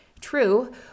True